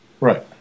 right